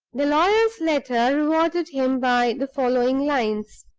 the lawyer's letter rewarded him by the following lines